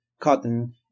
cotton